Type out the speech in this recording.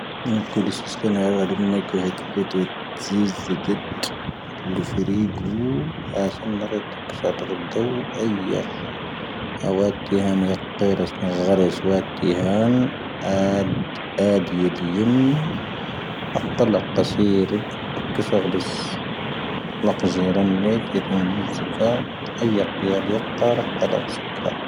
ⵏⴰⴽⵓ ⴷⵉ ⵙⵉⵙⵜⴰⵏ ⴰⵡⴰⵍ ⵎⵏⴰⴽⵓ ⵀⴻⵜⵉ ⴳⵓⴷ ⴷⵉⵜ ⵣⵉⵣⵣⴻ ⴳⵓⴷ ⵍⵓⴼⴻⵔⴻⴳⵓ ⴰⴰⵙⴰⵍ ⵏⴰⴽⵉⵜ ⴽⵓⵙⴰⴷ ⴳⵓⴷⴰⵡ ⴰⵢⴰⴽ. ⴰⵡⴰⵜ ⵉⵀⴰⵏ ⵢⴰⵇⵇⵉⵔⴰⵙ ⵎⵏⴳⴳⴰⵔⴻⵣ ⵡⴰⴰⵜ ⵉⵀⴰⵏ ⴰⴷ ⴰⴰⴷⵉ ⵢⴻⵍⵉⵎ. ⴰⵇⵇⴰⵍ ⴰⵇⵇⴰⵙⵉⵔⵉⴽ ⴽⵓⵙⴰⴷⵓⵙ ⵍⴰⵇⵊⵉⵔⴰⵏⵏⴻⵜ ⵢⴰⴷ ⵏⵉⵣⵉⵣⵣⴻ ⴳⴰⴷ ⴰⵢⴰⴽ ⵉⵀⴰⵏ ⵢⴰⵇⵇⴰⵔ ⴰⵇⵇⴰⵍ ⴰⵇⵙⵉⴽⵍⴰ.